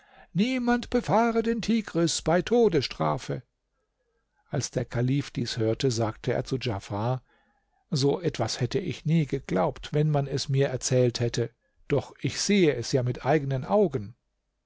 niemand befahre den tigris bei todesstrafe als der kalif dies hörte sagte er zu djafar so etwas hätte ich nie geglaubt wenn man es mir erzählt hätte doch ich sehe es ja mit eigenen augen